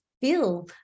feel